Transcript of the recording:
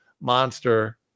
monster